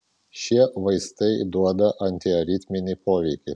šie vaistai duoda antiaritminį poveikį